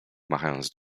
machając